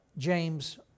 James